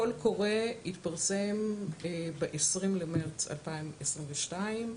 קול קורא התפרסם ב-20 במרץ 2022,